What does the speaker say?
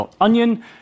.onion